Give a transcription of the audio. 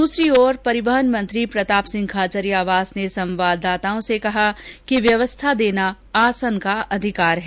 दूसरी ओर परिवहन मंत्री प्रताप सिंह खाचरियावास ने संवाददाताओं से कहा कि व्यवस्था देना आसन का अधिकार है